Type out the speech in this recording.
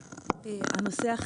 הנושא,